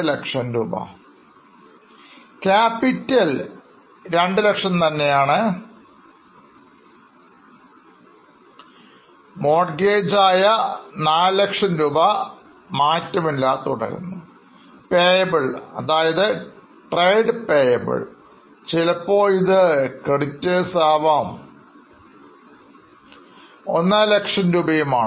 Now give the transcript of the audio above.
Capital 200000 തന്നെയാണ് Mortgage ആയ 400000 രൂപ മാറ്റമില്ലാതെ തന്നെ തുടരുന്നു Payables അതായത് Trade Payables ചിലപ്പോൾ ഇത് Creditors ആവാം 150000 രൂപയും ആണ്